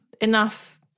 enough